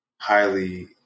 highly